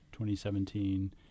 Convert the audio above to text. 2017